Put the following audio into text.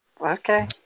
Okay